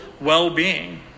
well-being